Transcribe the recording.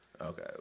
Okay